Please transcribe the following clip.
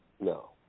No